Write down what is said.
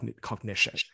cognition